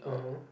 um hm